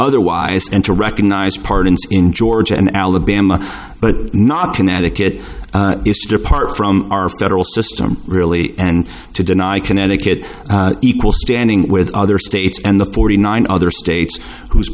otherwise and to recognize pardons in georgia and alabama but not connecticut depart from our federal system really and to deny connecticut equal standing with other states and the forty nine other states who